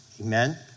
Amen